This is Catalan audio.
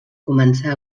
començà